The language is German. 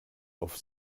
auf